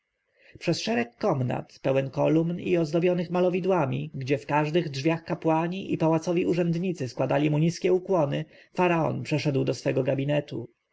przez szereg komnat pełnych kolumn i ozdobionych malowidłami gdzie w każdych drzwiach kapłani i pałacowi urzędnicy składali mu niskie ukłony faraon przeszedł do swego gabinetu